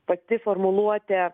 pati formuluotė